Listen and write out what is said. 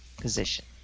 position